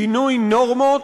שינוי נורמות,